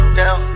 down